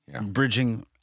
bridging